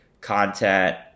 content